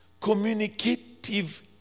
communicative